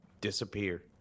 disappear